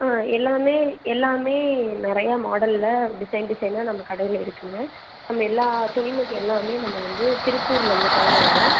ஆ எல்லாமே எல்லாமே நிறையா மாடலில் டிசைன் டிசைனாக நம்ம கடையில் இருக்குங்க நம்ம எல்லா துணி மணி எல்லாமே நம்ம வந்து திருப்பூர்லேருந்துதாங்க வரும்